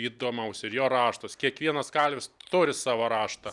įdomaus ir jo raštas kiekvienas kalvis turi savo raštą